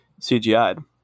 CGI'd